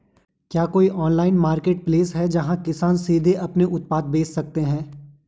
क्या कोई online marketplace है, जहां किसान सीधे अपने उत्पाद बेच सकते हैं?